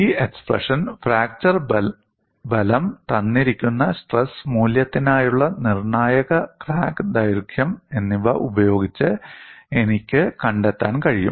ഈ expression fracture ബലം തന്നിരിക്കുന്ന സ്ട്രെസ് മൂല്യത്തിനായുള്ള നിർണ്ണായക ക്രാക്ക് ദൈർഘ്യം എന്നിവ ഉപയോഗിച്ച് എനിക്ക് കണ്ടെത്താൻ കഴിയും